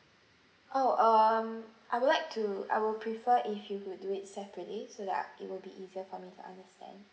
oh um I would like to I will prefer if you would do it separately so that I it will be easier for me to understand